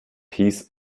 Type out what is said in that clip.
peace